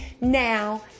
Now